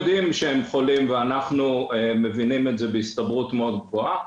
יודעים שהם חולים אבל אנחנו מבינים את זה בהסתברות מאוד גבוהה.